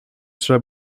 trzeba